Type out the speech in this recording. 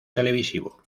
televisivo